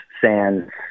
Sands